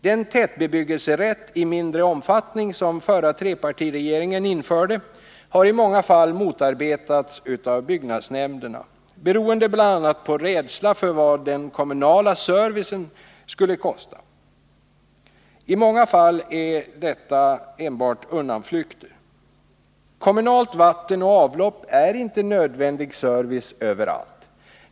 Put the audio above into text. Den tätbebyggelserätt i mindre omfattning som förra trepartiregeringen införde har i många fall motarbetats av byggnadsnämnderna, beroende bl.a. på rädsla för vad den kommunala servicen skulle kosta. I många fall är detta undanflykter. Kommunalt vatten och avlopp är inte nödvändig service överallt.